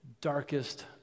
darkest